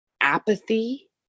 apathy